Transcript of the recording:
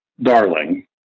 darling